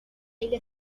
إلى